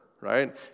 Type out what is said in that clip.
Right